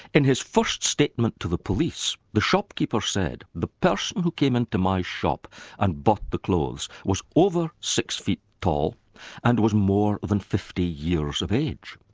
in his first statement to the police, the shopkeeper said, the person who came into my shop and bought the clothes was over six feet tall and was more than fifty years of age.